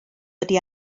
wedi